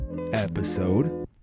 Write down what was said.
episode